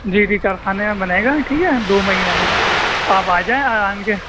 جی جی کخانے میں بنے گا ٹھیک ہے دو مہینےہ میں آپ آ جائیں آن کے